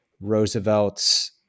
Roosevelt's